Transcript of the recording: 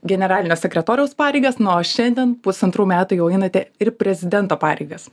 generalinio sekretoriaus pareigas nu o šiandien pusantrų metų jau einate ir prezidento pareigas